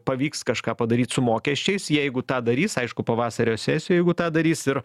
pavyks kažką padaryt su mokesčiais jeigu tą darys aišku pavasario sesijoj jeigu tą darys ir